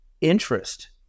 interest